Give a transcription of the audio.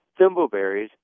thimbleberries